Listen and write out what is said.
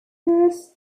its